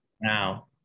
now